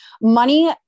Money